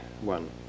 one